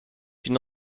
une